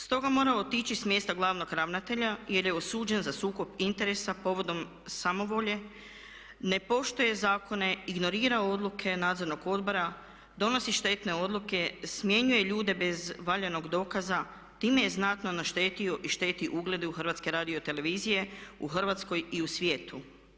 Stoga mora otići sa mjesta glavnog ravnatelja jer je osuđen za sukob interesa povodom samovolje, ne poštuje zakone, ignorira odluke Nadzornog odbora, donosi štetne odluke, smjenjuje ljude bez valjanog dokaza, time je znatno naštetio i šteti ugledu HRT-a u Hrvatskoj i u svijetu.